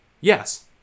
Yes